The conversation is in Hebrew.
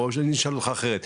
או שאני אשאל אותך אחרת,